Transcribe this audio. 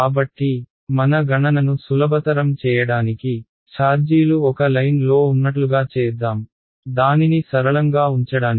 కాబట్టి మన గణనను సులభతరం చేయడానికి ఛార్జీలు ఒక లైన్లో ఉన్నట్లుగా చేద్దాం దానిని సరళంగా ఉంచడానికి